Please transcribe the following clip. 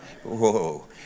Whoa